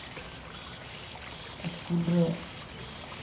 school ᱨᱮ